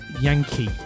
Yankee